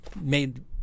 made